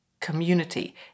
community